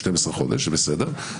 12 חודשים בסדר.